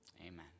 Amen